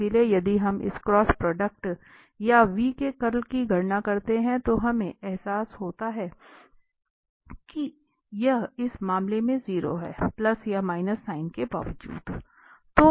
इसलिए यदि हम इस क्रॉस प्रोडक्ट या v के कर्ल की गणना करते हैं तो हमें एहसास होता है कि यह इस मामले में 0 है प्लस या माइनस साइन के बावजूद